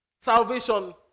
Salvation